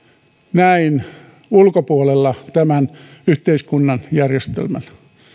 näin ulkopuolella tämän yhteiskunnan järjestelmän